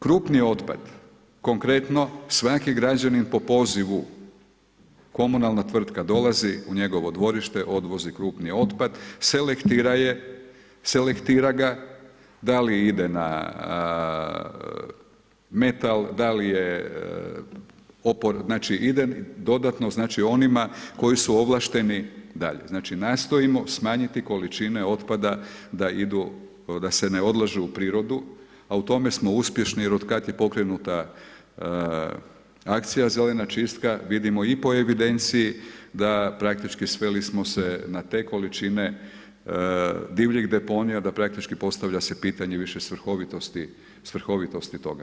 Krupni otpad, konkretno svaki građanin po pozivu komunalna tvrtka dolazi u njegovo dvorište, odvozi krupni otpad, selektira ga, da li ide na metal, da li je, znači ide dodatno onima koji su ovlašteni dalje, znači nastojimo smanjiti količine otpad da se ne odlažu u prirodu a u tome smo uspješni jer od kad je pokrenuta akcija Zelena čistka, vidimo i po evidenciji da praktički sveli smo se na te količine divljih deponija da praktički postavlja se pitanje više svrhovitosti toga.